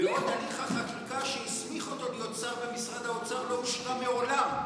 בעוד הליך החקיקה שהסמיך אותו להיות שר במשרד האוצר לא אושר מעולם.